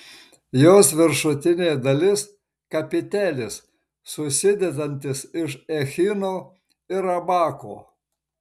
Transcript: jos viršutinė dalis kapitelis susidedantis iš echino ir abako